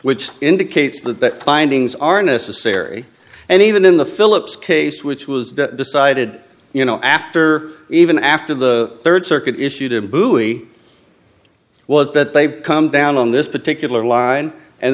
which indicates that findings are necessary and even in the philips case which was decided you know after even after the rd circuit issued a buoy was that they come down on this particular line and